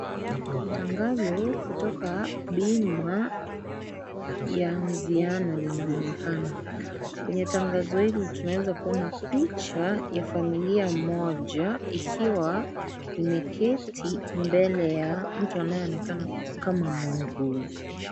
Tangazo kutoka Bima ya Anziano linaonekana. Kwenye tangazo hili tunaweza kuona picha ya familia moja ikiwa imeketi mbele ya mtu anayeonekana kama muuguzi.